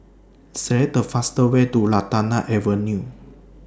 Select The fastest Way to Lantana Avenue